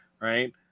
right